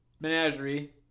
Menagerie